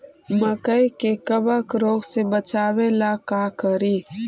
मकई के कबक रोग से बचाबे ला का करि?